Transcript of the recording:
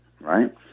right